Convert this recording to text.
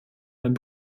wenn